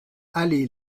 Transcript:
allée